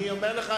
אני אומר לך,